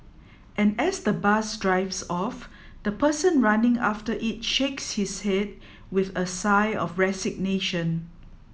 and as the bus drives off the person running after it shakes his head with a sigh of resignation